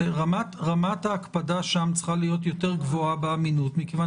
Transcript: רמת ההקפדה שם צריכה להיות יותר גבוהה באמינות מכיוון